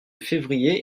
février